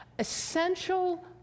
essential